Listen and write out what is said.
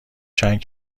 چند